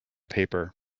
paper